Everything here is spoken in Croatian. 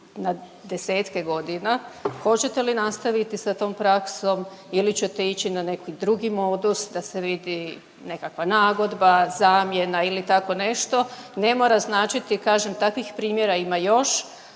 na desetke godina, hoćete li nastaviti sa tom praksom ili ćete ići na neki drugi modus da se vidi nekakva nagodba, zamjena ili tako nešto? Ne mora značiti kažem takvih primjera ima još,